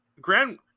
grand